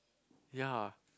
ya